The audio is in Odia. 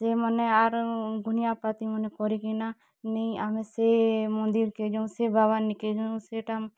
ସେମାନେ ଆର୍ ଗୁନିଆ ପାତିମନେ କରିକିନା ନେଇଁ ଆମେ ସେ ମନ୍ଦିର୍କେ ଯଉଁ ସେ ବାବା ନିକେ ଯଉଁ ସେଟା